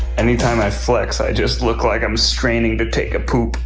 any time i flex, i just look like i'm straining to take a poop.